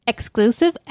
Exclusive